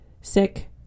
sick